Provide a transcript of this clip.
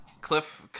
Cliff